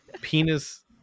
Penis